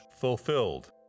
fulfilled